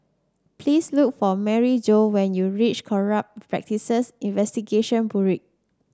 please look for Maryjo when you reach Corrupt Practices Investigation Bureau